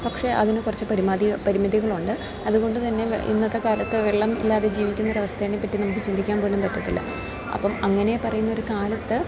പക്ഷെ അതിന് കുറച്ച് പരിമിതികളുണ്ട് അതുകൊണ്ട് തന്നെ ഇന്നത്തെ കാലത്ത് വെള്ളം ഇല്ലാതെ ജീവിക്കുന്ന ഒരു അവസ്ഥേനെ പറ്റി നമുക്ക് ചിന്തിക്കാൻ പോലും പറ്റത്തില്ല അപ്പം അങ്ങനെ പറയുന്ന ഒരു കാലത്ത്